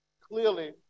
clearly